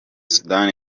sudan